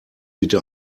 bitte